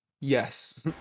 Yes